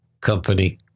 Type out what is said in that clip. company